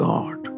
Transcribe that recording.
God